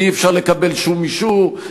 כי אי-אפשר לקבל שום אישור,